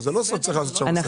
זה לא סוד שצריך לעשות שם סדר.